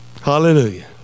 Hallelujah